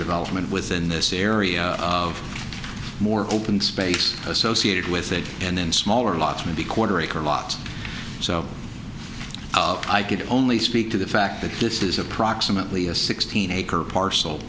development within this area of more open space associated with it and in smaller lots maybe quarter acre lots so i could only speak to the fact that this is approximately a sixteen acre parcel